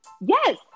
yes